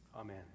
Amen